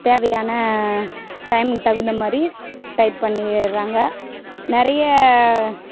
தேவையான டைம்க்கு தகுந்தமாதிரி டைப் பண்ணிடுறாங்க நிறைய